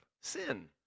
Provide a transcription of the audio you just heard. Sin